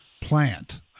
plant